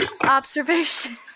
observation